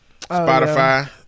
Spotify